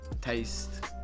taste